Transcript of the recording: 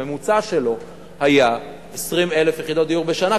הממוצע שלו היה 20,000 יחידות דיור בשנה,